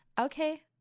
okay